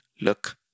look